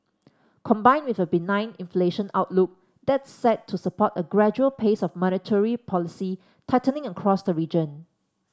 combined with a benign inflation outlook that's set to support a gradual pace of monetary policy tightening across the region